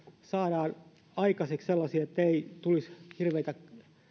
saadaan aikaiseksi sellaista että ei tulisi hirveitä